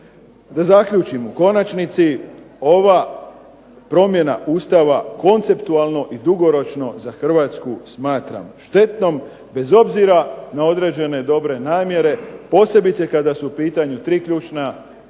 Da zaključim, u konačnici ovu promjenu Ustava konceptualno i dugoročno za Hrvatsku smatram štetnom, bez obzira na određene dobre namjere, posebice kada su u pitanju tri ključne